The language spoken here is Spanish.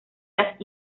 las